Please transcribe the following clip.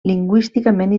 lingüísticament